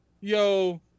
yo